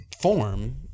form